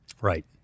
Right